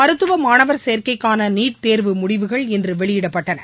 மருத்துவ மாணவர் சோக்கைக்கான நீட் தேர்வு முடிவுகள் இன்று வெளியிடப்பட்டன